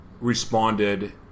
responded